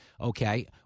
Okay